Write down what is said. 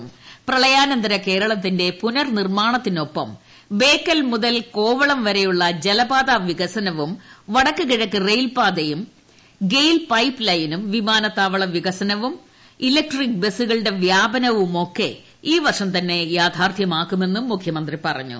P പ്രളയാനന്തര കേരളത്തിന്റെ ദ്രപുനർനിർമാണത്തിനൊപ്പം ബേക്കൽ മുതൽ കോവളം വരെയുള്ള് ജല്പാത വികസനവും വടക്കുകിഴക്ക് റെയിൽപാതയും ഗ്ലെയിൽ പൈപ്പ്ലൈനും വിമാനത്താവള വികസനവും ഇലക്ട്രിക് ബ്സ്സുകളുടെ വ്യാപനവുമൊക്കെ ഈ വർഷം തന്നെ യാഥാർത്ഥ്യമാക്കുമെന്നും മുഖ്യമന്ത്രി പറഞ്ഞു